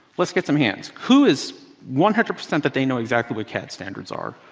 let's get some hands. who is one hundred percent that they know exactly what cad standards are?